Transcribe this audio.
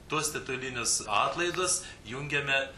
tuos titulinius atlaidus jungiame